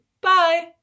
Bye